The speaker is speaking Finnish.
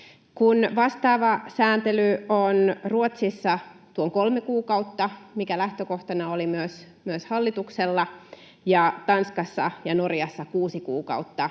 vastaava sääntely on Ruotsissa tuo kolme kuukautta, mikä lähtökohtana oli myös hallituksella, ja Tanskassa ja Norjassa kuusi kuukautta,